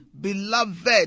Beloved